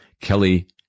Kelly